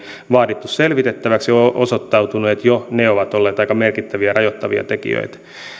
vaatineet selvitettäväksi ja on osoittautunut että jo ne ovat olleet aika merkittäviä rajoittavia tekijöitä